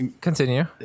continue